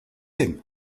him